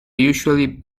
usually